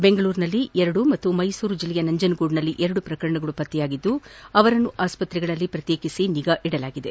ಬೆಂಗಳೂರಿನಲ್ಲಿ ಎರಡು ಹಾಗೂ ಮೈಸೂರು ಜಿಲ್ಲೆಯ ನಂಜನಗೂಡಿನಲ್ಲಿ ಎರಡು ಪ್ರಕರಣಗಳು ಪತ್ತೆಯಾಗಿದ್ದು ಅವರನ್ನು ಆಸ್ತ್ರೆಯಲ್ಲಿ ಪ್ರತ್ಯೇಕಿಸಿ ನಿಗಾ ವಹಿಸಲಾಗಿದೆ